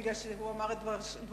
בגלל שהוא אמר את דברי,